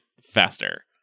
faster